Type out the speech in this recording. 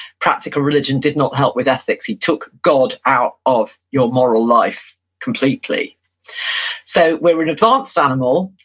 practical religion did not help with ethics. he took god out of your moral life completely so we're an advanced animal,